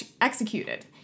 executed